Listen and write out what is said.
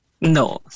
No